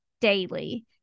daily